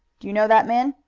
do you know that man?